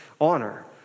honor